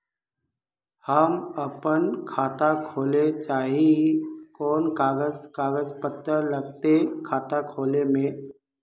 हम अपन खाता खोले चाहे ही कोन कागज कागज पत्तार लगते खाता खोले में?